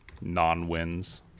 non-wins